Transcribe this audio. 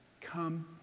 come